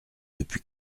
depuis